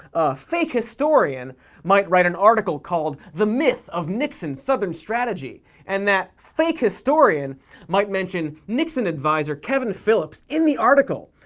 fake historian might write an article called the myth of nixon's southern strategy and that fake historian might mention nixon advisor kevin phillips in the article,